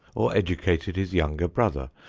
or educated his younger brother,